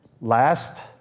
last